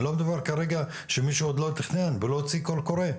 אני לא מדבר כרגע שמישהו עוד לא תכנון ולא הוציא קול קורא.